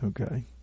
okay